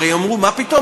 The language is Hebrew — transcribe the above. הרי אמרו: מה פתאום,